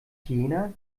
jena